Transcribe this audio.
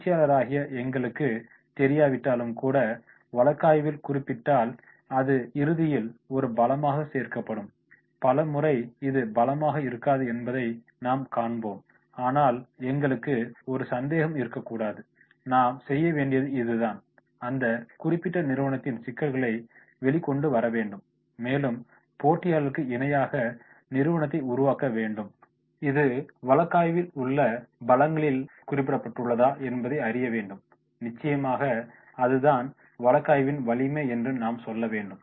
பயிற்சியாளராகிய எங்களுக்குத் தெரியாவிட்டாலும் கூட வழக்காய்வில் குறிப்பிடப்பட்டால் அது இறுதியில் ஒரு பலமாக சேர்க்கப்படும் பல முறை இது பலமாக இருக்காது என்பதைக் நாம் காண்போம் ஆனால் எங்களுக்கு ஒரு சந்தேகமும் இருக்கக்கூடாது நாம் செய்ய வேண்டியது இதுதான் அந்த குறிப்பிட்ட நிறுவனத்தின் சிக்கல்களை வெளிக்கொண்டு வர வேண்டும் மேலும் போட்டியாளர்களுக்கு இணையாக நிறுவனத்தை உருவாக்க வேண்டும் இது வழக்காய்விலுள்ள பலங்களில் குறிப்பிடப்பட்டுள்ளதா என்பதைக் அறிய வேண்டும் நிச்சயமாக அது தான் வழக்காய்வின் வலிமை என்று நாம் சொல்ல வேண்டும்